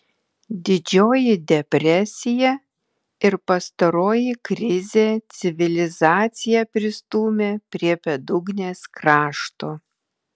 didžioji depresija ir pastaroji krizė civilizaciją pristūmė prie bedugnės krašto